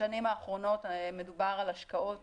בשנים האחרונות מדובר על השקעות